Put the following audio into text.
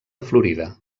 florida